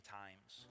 times